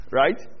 right